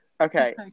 Okay